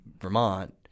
Vermont